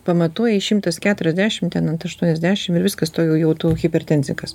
pamatuoja šimtas keturiasdešim ten ant aštuoniasdešim ir viskas tuojau jau jau tu hipertenzikas